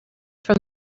from